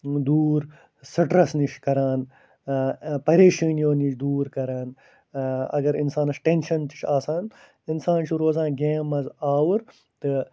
دوٗر سٕٹرَس نِش کران پریشٲنِیو نِش دوٗر کران اَگر اِنسانَس ٹٮ۪نشَن تہِ چھُ آسان اِنسان چھِ روزان گیم منٛز آوُر تہٕ